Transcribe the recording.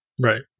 Right